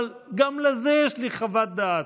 אבל גם לזה יש לי חוות דעת.